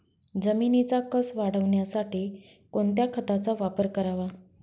जमिनीचा कसं वाढवण्यासाठी कोणत्या खताचा वापर करावा?